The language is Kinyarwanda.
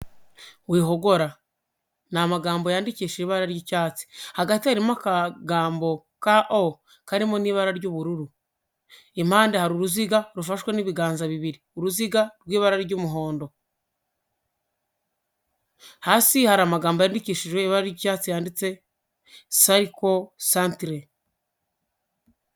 Wihogora. Ni amagambo yandikishije ibara ry'icyatsi. Hagati harimo akagambo ka "o" karimo n'ibara ry'ubururu . Impande hari uruziga rufashwe n'ibiganza bibiri, uruziga rw'ibara ry'umuhondo. Hasi hari amagambo yandikishijwe ibara ry'icyatsi, handitse psychosocial centre.